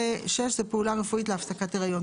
(6) פעולה רפואית להפסקת הריון.